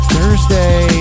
Thursday